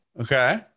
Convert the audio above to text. Okay